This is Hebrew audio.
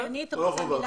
אנחנו לא עוזרים להם,